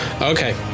Okay